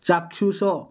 ଚାକ୍ଷୁଷ